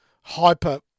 hyper